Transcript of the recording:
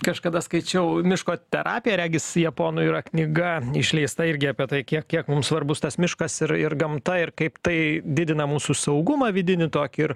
kažkada skaičiau miško terapija regis japonų yra knyga išleista irgi apie tai kiek kiek mums svarbus tas miškas ir ir gamta ir kaip tai didina mūsų saugumą vidinį tokį ir